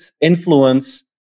influence